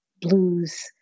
blues